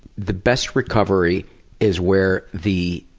the best recovery is where the